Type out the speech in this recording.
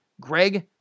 Greg